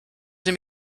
sie